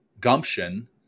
gumption